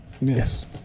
Yes